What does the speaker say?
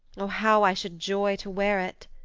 oh, how i should joy to wear it!